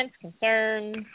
concerns